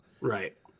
Right